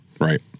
Right